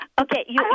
okay